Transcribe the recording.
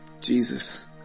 Jesus